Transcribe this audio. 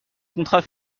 contrats